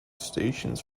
stations